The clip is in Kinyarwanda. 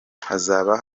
hazaba